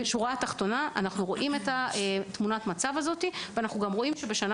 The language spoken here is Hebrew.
בשורה התחתונה אנחנו רואים את תמונת המצב ורואים שבתמונה